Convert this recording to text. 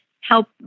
help